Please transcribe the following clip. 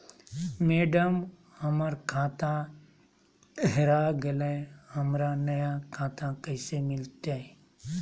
madam, हमर खाता हेरा गेलई, हमरा नया खाता कैसे मिलते